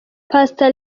pastor